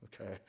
Okay